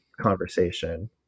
conversation